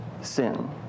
sin